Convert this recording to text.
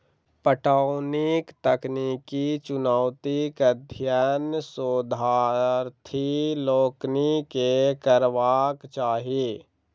पटौनीक तकनीकी चुनौतीक अध्ययन शोधार्थी लोकनि के करबाक चाही